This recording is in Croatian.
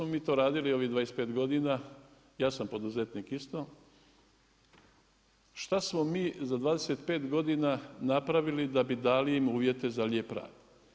Šta smo mi to radili ovih 25 godina, ja sam poduzetnik isto, šta smo mi za 25 godina napravili da bi dali im uvjete za lijep rad?